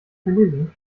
verlesen